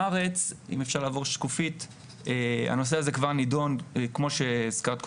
בארץ, הנושא הזה כבר נידון כמו שהזכרת קודם,